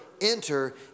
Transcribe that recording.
Enter